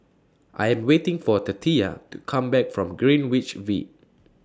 I Am waiting For Tatia to Come Back from Greenwich V